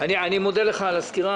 אני מודה לך על הסקירה.